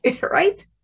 Right